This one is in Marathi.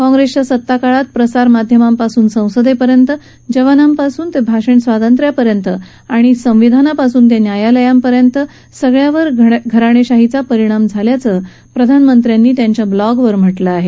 काँग्रेसच्या सत्ताकाळात प्रसारमाध्यमांपासून संसदेपर्यंत जवानांपासून ते भाषण स्वातंत्र्यपर्यंत आणि घ जेपासून ते न्यायालयांपर्यंत सगळयावर घराणेशाहीचा परिणाम झाल्याचं प्रधानमंत्र्यांनी ब्लॉगवर म्हा कें आहे